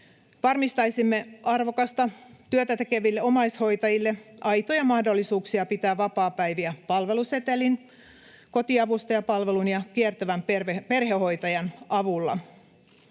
Varmistaisimme arvokasta työtä tekeville omaishoitajille aitoja mahdollisuuksia pitää vapaapäiviä palvelusetelin, kotiavustajapalvelun ja kiertävän perhehoitajan avulla.